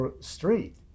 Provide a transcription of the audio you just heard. street